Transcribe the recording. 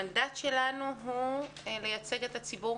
המנדט שלנו הוא לייצג את הציבור